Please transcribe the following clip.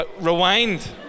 rewind